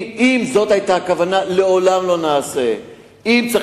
אם זאת היתה הכוונה, לעולם לא נעשה זאת.